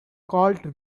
colt